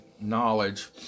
knowledge